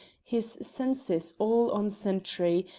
his senses all on sentry,